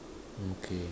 okay